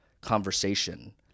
conversation